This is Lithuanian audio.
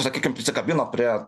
sakykim prisikabino prie